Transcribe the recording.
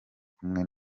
kumwe